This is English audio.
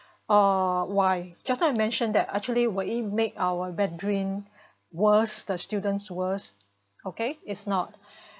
uh why just now you mentioned that actually would it make our Mandarin worse the students worse okay it's not